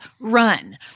run